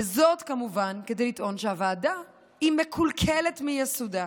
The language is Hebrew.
וזאת כמובן כדי לטעון שהוועדה היא מקולקלת מיסודה.